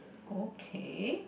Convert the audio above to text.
okay